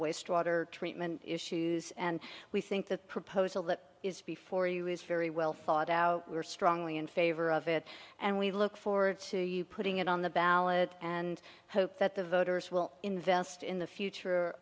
wastewater treatment issues and we think that proposal that is before you is very well thought out we are strongly in favor of it and we look forward to you putting it on the ballot and hope that the voters will invest in the future